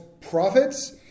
prophets